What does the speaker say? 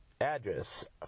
address